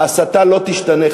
ההסתה לא תשתנה,